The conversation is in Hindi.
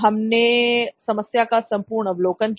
हमने समस्या का संपूर्ण अवलोकन किया